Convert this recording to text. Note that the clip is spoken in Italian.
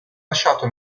lasciato